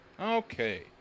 okay